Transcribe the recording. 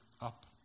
up